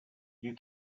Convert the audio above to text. you